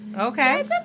okay